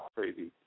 Crazy